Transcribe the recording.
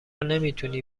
نمیتونی